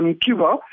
Cuba